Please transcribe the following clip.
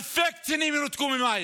אלפי קצינים ינותקו ממים,